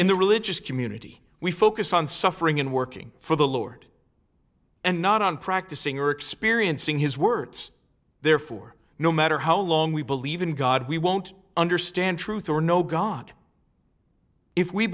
in the religious community we focus on suffering and working for the lord and not on practicing or experiencing his words therefore no matter how long we believe in god we won't understand truth or no god if we